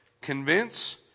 convince